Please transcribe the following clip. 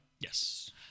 Yes